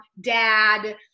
dad